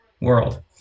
world